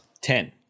ten